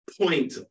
point